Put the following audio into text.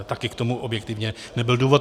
Taky k tomu objektivně nebyl důvod.